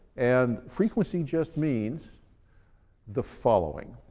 and frequency just means the following